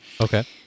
Okay